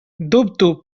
dubto